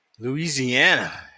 Louisiana